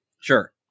Sure